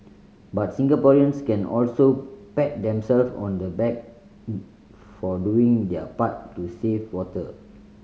but Singaporeans can also pat themselves on the back for doing their part to save water